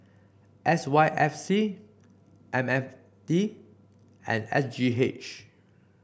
S Y F C M N D and S G H